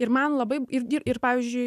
ir man labai ir dirbt ir pavyzdžiui